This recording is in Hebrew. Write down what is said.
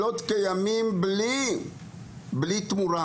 כימים בלי תמורה